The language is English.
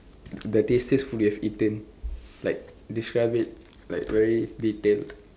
the tastiest food you have eaten like describe it like very detailed